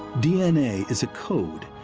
d n a. is a code,